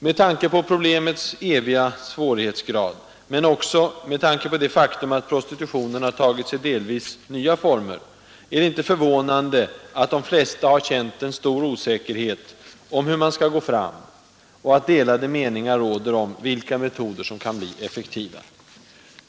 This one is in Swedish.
Med tanke på problemets eviga svårighetsgrad, men också med tanke på det faktum att prostitutionen tagit sig delvis nya former, är det inte förvånande att de flesta har känt en stor osäkerhet om hur man skall gå fram och att delade meningar råder om vilka metoder som kan bli effektiva.